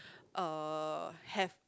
uh have